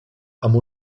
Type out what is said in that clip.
amb